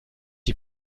die